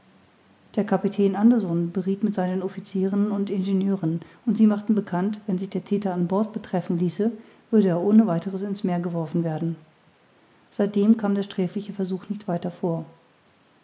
der kapitän anderson berieth mit seinen officieren und ingenieuren und sie machten bekannt wenn sich der thäter an bord betreffen ließe würde er ohne weiteres in's meer geworfen werden seitdem kam der sträfliche versuch nicht weiter vor